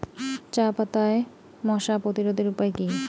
চাপাতায় মশা প্রতিরোধের উপায় কি?